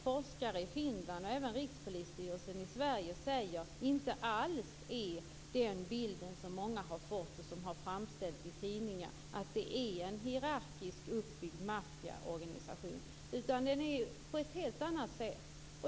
Forskare i Finland och även Rikspolisstyrelsen i Sverige säger att den bild som många har fått och som har framställts i tidningar av att det är en hierarkiskt uppbyggd maffiaorganisation inte alls stämmer, utan det är på ett helt annat sätt.